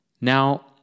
Now